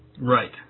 Right